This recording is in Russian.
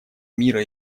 мира